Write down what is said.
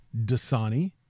Dasani